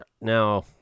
now